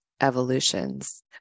evolutions